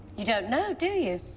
you don't know, do you?